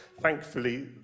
thankfully